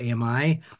AMI